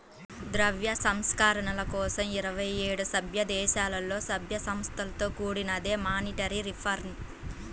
ద్రవ్య సంస్కరణల కోసం ఇరవై ఏడు సభ్యదేశాలలో, సభ్య సంస్థలతో కూడినదే మానిటరీ రిఫార్మ్